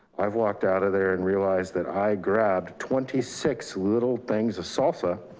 i've walked out of there and realized that i grabbed twenty six little things of salsa